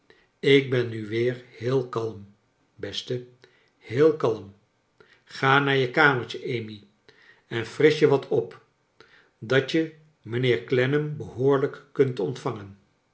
ik ben nu weer heel kalm beste heel kalm g a naar je kamertje amy en frisch je wat op dat je mijnheer clennam bchoorlijk kunt ont